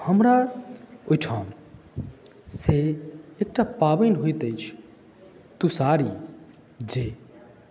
हमरा ओहिठाम से एकटा पाबनि होइत अछि तुषारी जे